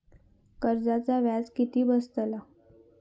कर्जाचा व्याज किती बसतला?